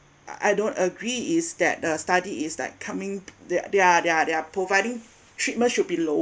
I don't agree is that the study is like coming there are there are there are there are providing treatment should be lower